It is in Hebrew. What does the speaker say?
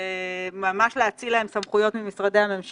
זה ממש להאציל להן סמכויות ממשרדי הממשלה?